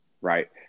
Right